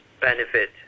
benefit